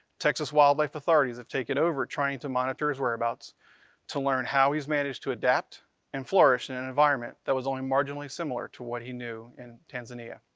texas wildlife authorities have taken over trying to monitor his whereabouts to learn how he's managed to adapt and flourish in an environment that was only marginally similar to what he knew in tanzania.